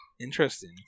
interesting